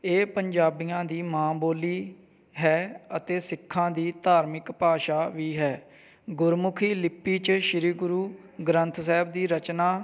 ਇਹ ਪੰਜਾਬੀਆਂ ਦੀ ਮਾਂ ਬੋਲੀ ਹੈ ਅਤੇ ਸਿੱਖਾਂ ਦੀ ਧਾਰਮਿਕ ਭਾਸ਼ਾ ਵੀ ਹੈ ਗੁਰਮੁਖੀ ਲਿਪੀ 'ਚ ਸ਼੍ਰੀ ਗੁਰੂ ਗ੍ਰੰਥ ਸਾਹਿਬ ਦੀ ਰਚਨਾ